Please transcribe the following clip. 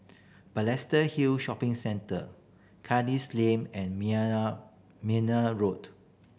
Balestier Hill Shopping Centre Kandis Lane and Meyer Road